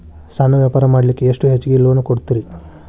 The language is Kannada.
ಸಣ್ಣ ವ್ಯಾಪಾರ ಮಾಡ್ಲಿಕ್ಕೆ ಎಷ್ಟು ಹೆಚ್ಚಿಗಿ ಲೋನ್ ಕೊಡುತ್ತೇರಿ?